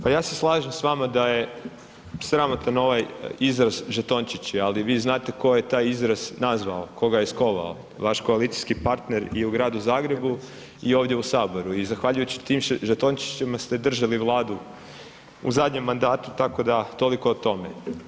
Pa ja se slažem s vama da je sramotan ovaj izraz žetončići, ali vi znate tko je taj izraz nazvao, tko ga je skovao, vaš koalicijski partner i u gradu Zagrebu i ovdje u Saboru i zahvaljujući tim žetončićima ste držali Vladu u zadnjem mandatu, tako da toliko o tome.